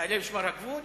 חיילי משמר הגבול,